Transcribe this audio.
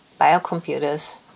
biocomputers